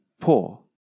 poor